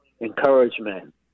encouragement